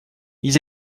ils